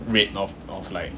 rate of of like